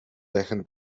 дахин